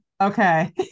okay